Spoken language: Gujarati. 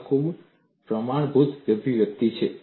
આ ખૂબ પ્રમાણભૂત અભિવ્યક્તિઓ છે